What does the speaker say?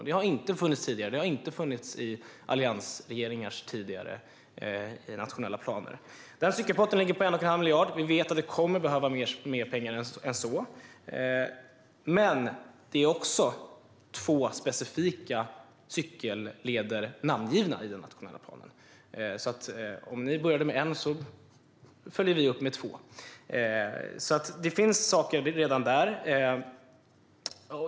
Det har inte funnits tidigare, inte heller i alliansregeringars tidigare nationella planer. Cykelpotten ligger på 1 1⁄2 miljard. Vi vet att vi kommer att behöva mer pengar än så. Men det finns också två specifika cykelleder namngivna i den nationella planen. Om ni började med en följer vi upp med två. Det finns alltså saker redan där.